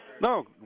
No